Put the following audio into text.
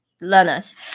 learners